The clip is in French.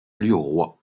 roi